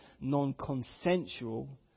non-consensual